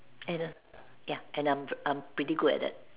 and ya and I'm I'm pretty good at that